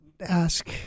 ask